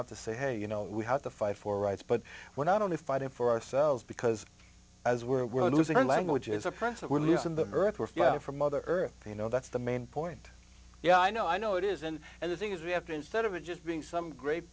out to say hey you know we have to fight for rights but we're not only fighting for ourselves because as we're we're losing our languages oppressive we're losing the earth we're for mother earth you know that's the main point yeah i know i know it isn't and the thing is we have to instead of it just being some great